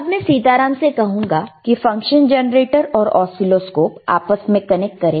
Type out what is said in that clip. अब मैं सीताराम से कहूंगा कि फंक्शन जेनरेटर और ऑसीलोस्कोप आपस में कनेक्ट करें